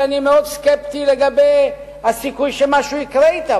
ואני מאוד סקפטי לגבי הסיכוי שמשהו יקרה בהן,